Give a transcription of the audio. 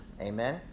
Amen